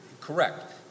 Correct